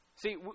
See